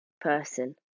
person